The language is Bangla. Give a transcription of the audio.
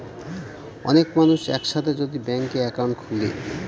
অনেক মানুষ এক সাথে যদি ব্যাংকে একাউন্ট খুলে